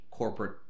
corporate